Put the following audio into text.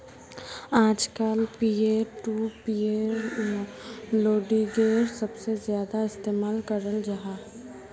आजकल peer to peer लेंडिंगेर सबसे ज्यादा इस्तेमाल कराल जाहा